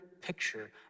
picture